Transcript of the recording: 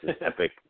epic